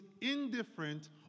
indifferent